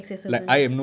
accessible